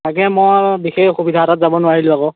তাকে মই বিশেষ অসুবিধা এটাত যাব নোৱাৰিলোঁ আকৌ